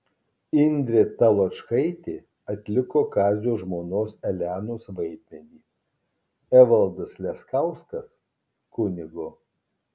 indrė taločkaitė atliko kazio žmonos elenos vaidmenį evaldas leskauskas kunigo